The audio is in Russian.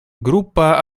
группа